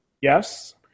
Yes